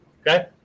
okay